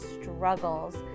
struggles